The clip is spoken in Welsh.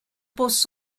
bws